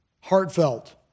Heartfelt